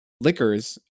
liquors